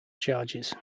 charges